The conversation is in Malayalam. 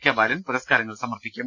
കെ ബാലൻ പുരസ്കാരങ്ങൾ സമർപ്പിക്കും